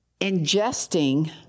ingesting